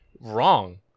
wrong